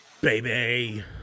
baby